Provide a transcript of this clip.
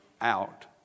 out